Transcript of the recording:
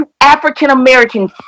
African-American